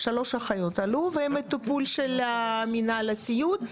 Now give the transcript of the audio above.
שלוש אחיות עלו והן בטיפול של מנהל הסיעוד.